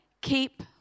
Keep